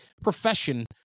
profession